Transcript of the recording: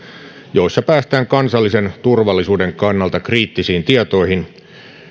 joissa päästään kansallisen turvallisuuden kannalta kriittisiin tietoihin